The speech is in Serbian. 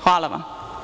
Hvala vam.